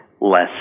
less